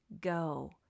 Go